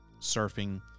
surfing